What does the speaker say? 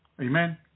Amen